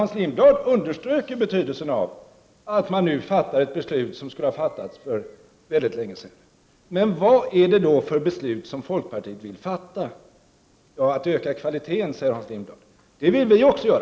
Hans Lindblad underströk ju betydelsen av att vi nu fattar ett beslut som skulle ha fattats för mycket länge sedan. Men vilket beslut är det som folkpartiet vill fatta? Hans Lindblad säger att kvaliteten skall öka. Det vill vi moderater också.